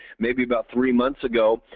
maybe about three months ago,